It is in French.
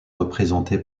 représenté